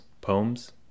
poems